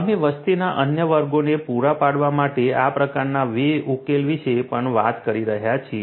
અમે વસ્તીના અન્ય વર્ગોને પૂરા પાડવા માટે આ પ્રકારના ઉકેલ વિશે પણ વાત કરી રહ્યા છીએ